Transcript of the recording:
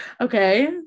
Okay